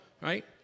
right